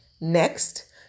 Next